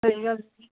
ਸਹੀ ਗੱਲ ਜੀ